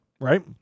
right